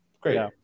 great